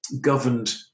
governed